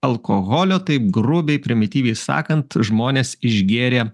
alkoholio taip grubiai primityviai sakant žmonės išgėrė